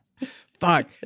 Fuck